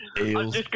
eels